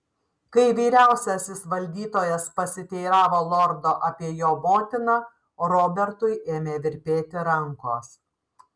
kai vyriausiasis valdytojas pasiteiravo lordo apie jo motiną robertui ėmė virpėti rankos